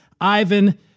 Ivan